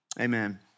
Amen